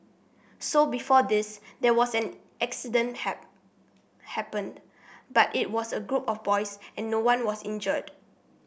so before this there was an accident happened but it was a group of boys and no one was injured